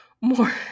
more